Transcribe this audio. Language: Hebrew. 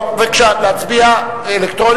אנחנו הצבענו.